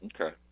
Okay